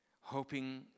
hoping